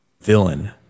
villain